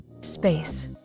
Space